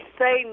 say